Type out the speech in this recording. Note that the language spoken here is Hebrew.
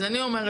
אז אני אומרת,